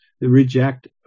reject